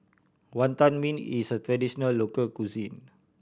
Wantan Mee is a traditional local cuisine